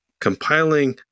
compiling